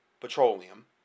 petroleum